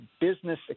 business